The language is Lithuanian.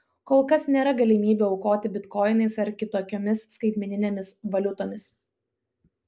kol kas nėra galimybių aukoti bitkoinais ar kitokiomis skaitmeninėmis valiutomis